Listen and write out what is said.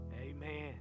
Amen